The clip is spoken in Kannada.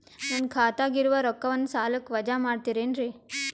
ನನ್ನ ಖಾತಗ ಇರುವ ರೊಕ್ಕವನ್ನು ಸಾಲಕ್ಕ ವಜಾ ಮಾಡ್ತಿರೆನ್ರಿ?